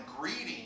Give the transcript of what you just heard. greeting